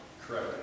correct